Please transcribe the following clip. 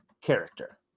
character